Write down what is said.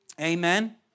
Amen